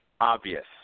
obvious